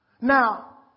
Now